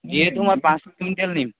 এইটো মই পাঁচ কুইণ্টেল নিম